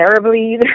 terribly